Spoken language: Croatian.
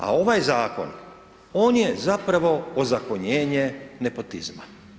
A ovaj zakon, on je zapravo ozakonjenje nepotizma.